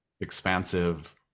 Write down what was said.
expansive